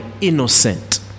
innocent